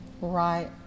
Right